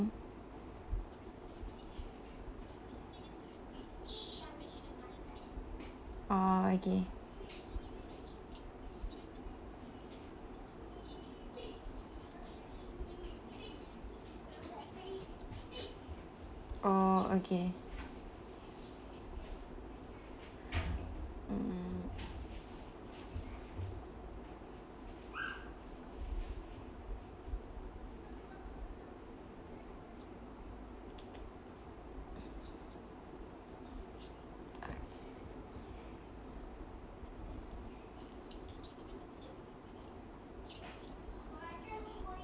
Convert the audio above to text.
oh okay oh okay